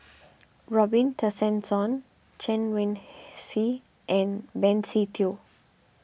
Robin Tessensohn Chen Wen Hsi and Benny Se Teo